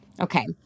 Okay